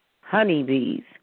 honeybees